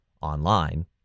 online